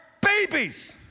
babies